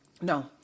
No